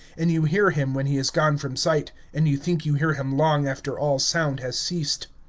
and you hear him when he is gone from sight, and you think you hear him long after all sound has ceased.